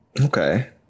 Okay